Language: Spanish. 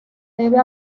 debe